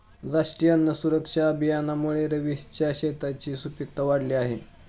राष्ट्रीय अन्न सुरक्षा अभियानामुळे रवीशच्या शेताची सुपीकता वाढली आहे